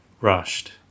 rushed